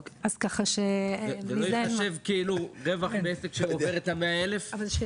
זה לא ייחשב רווח מעסק שעובר את ה-100,000 ₪?